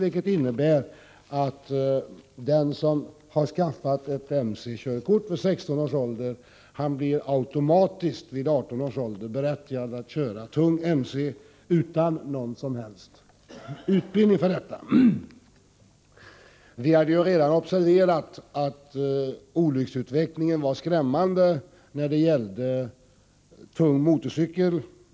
Det innebär att den som vid 16 års ålder har skaffat ett körkort för motorcykel vid 18 års ålder automatiskt blir berättigad att köra tung motorcykel, utan någon som helst utbildning för detta. Vi hade redan dessförinnan observerat att utvecklingen var skrämmande när det gäller olyckor med tung motorcykel.